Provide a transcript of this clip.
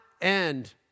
end